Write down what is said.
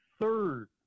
third